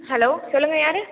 hello சொல்லுங்க யார்